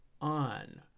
on